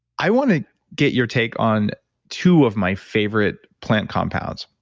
i want to get your take on two of my favorite plant compounds.